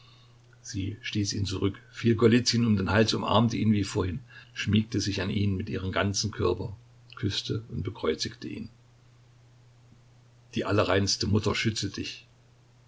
sie stieß ihn zurück fiel golizyn um den hals umarmte ihn wie vorhin schmiegte sich an ihn mit ihrem ganzen körper küßte und bekreuzigte ihn die allerreinste mutter schütze dich